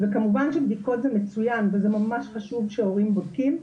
כמובן שבדיקות זה מצוין וזה ממש חשוב שההורים בודקים,